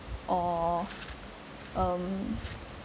or um